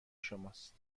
شماست